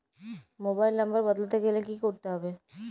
Mobile number বদলাতে গেলে কি করতে হবে?